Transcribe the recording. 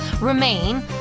remain